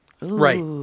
Right